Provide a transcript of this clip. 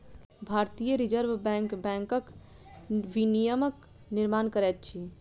भारतीय reserve bank बैंकक विनियमक निर्माण करैत अछि